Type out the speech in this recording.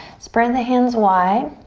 spread the hands wide.